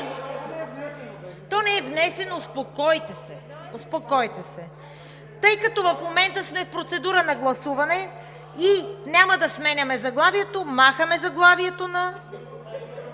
успокойте се! Успокойте се! Тъй като в момента сме в процедура на гласуване и няма да сменяме заглавието, махаме заглавието,